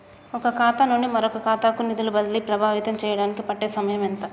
ఒక ఖాతా నుండి మరొక ఖాతా కు నిధులు బదిలీలు ప్రభావితం చేయటానికి పట్టే సమయం ఎంత?